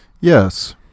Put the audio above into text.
Yes